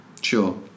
Sure